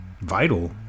vital